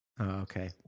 Okay